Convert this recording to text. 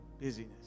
Busyness